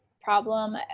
problem